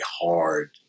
hard